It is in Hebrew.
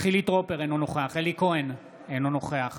חילי טרופר, אינו נוכח אלי כהן, אינו נוכח